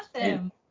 awesome